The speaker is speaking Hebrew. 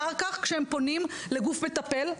אחר כך כשהם פונים לגוף מטפל,